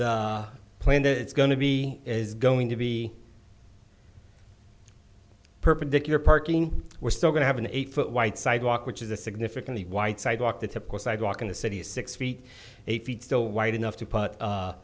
the plan that it's going to be is going to be perpendicular parking we're still going to have an eight foot white sidewalk which is a significantly white sidewalk the typical sidewalk in the city is six feet eight feet still wide enough to put a